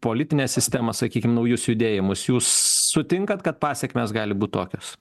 politinę sistemą sakykim naujus judėjimus jūs sutinkat kad pasekmės gali būt tokios